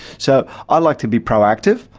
so i like to be proactive,